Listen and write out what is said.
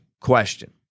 question